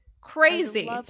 crazy